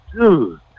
dude